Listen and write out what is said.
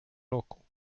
roku